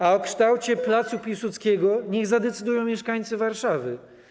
A o kształcie placu Piłsudskiego niech zadecydują mieszkańcy Warszawy.